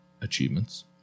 achievements